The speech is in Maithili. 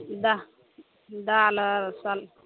आर सलाद